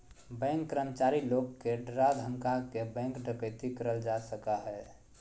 bank कर्मचारी लोग के डरा धमका के बैंक डकैती करल जा सका हय